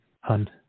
Hun